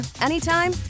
anytime